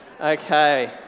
Okay